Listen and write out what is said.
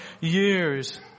years